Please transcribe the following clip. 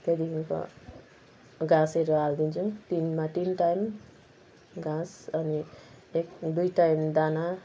त्यहाँदेखिको घाँसहरू हालिदिन्छौँ दिनमा तिन टाइम घाँस अनि एक दुई टाइम दाना